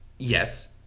Yes